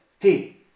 Hey